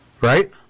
Right